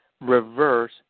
reverse